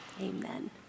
Amen